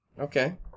Okay